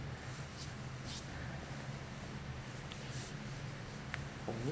for me